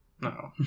no